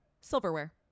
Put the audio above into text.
silverware